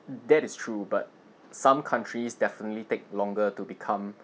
um that is true but some countries definitely take longer to become